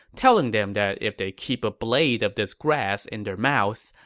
telling them that if they keep a blade of this grass in their mouths,